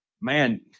Man